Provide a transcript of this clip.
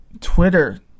Twitter